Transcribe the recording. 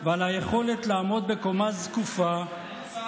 ועל היכולת לעמוד בקומה זקופה, סליחה.